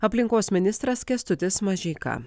aplinkos ministras kęstutis mažeika